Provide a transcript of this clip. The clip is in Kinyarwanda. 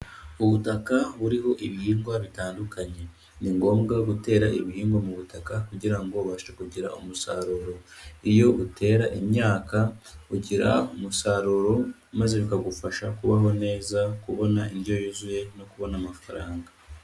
Ubutaka buriho ibihingwa bitandukanye. Ni ngombwa gutera ibihingwa mu butaka kugira ubashe kugira umusaruro. Iyo utera imyaka, ugira umusaruro maze bikagufasha kubaho neza, kubona indyo yuzuye no kubona amafaranga.